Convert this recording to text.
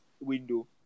window